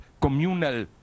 communal